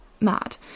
mad